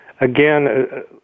again